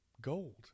gold